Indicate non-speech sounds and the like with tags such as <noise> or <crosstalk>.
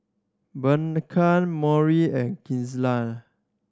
Blanca <unintelligible> and <unintelligible>